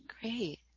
Great